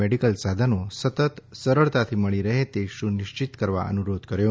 medical સાધનો સતત સરળતાથી મળી રહે તે સુનિશ્ચિત કરવા અનુરોધ કર્યો